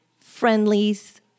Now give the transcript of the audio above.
friendlies